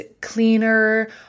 cleaner